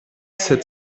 sept